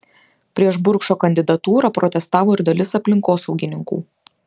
prieš burkšo kandidatūrą protestavo ir dalis aplinkosaugininkų